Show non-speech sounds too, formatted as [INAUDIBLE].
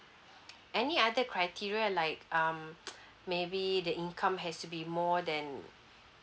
any other criteria like um [NOISE] maybe the income has to be more than